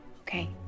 okay